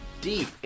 deep